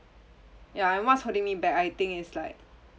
ya and what's holding me back I think it's like